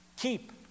Keep